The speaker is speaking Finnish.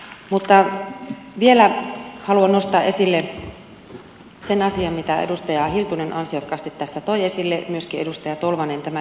mutta vielä haluan nostaa esille sen asian mitä edustaja hiltunen ansiokkaasti tässä toi esille ja myöskin edustaja tolvanen tämän työssäoppimisen merkityksen